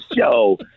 show